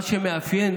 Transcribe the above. מה שמאפיין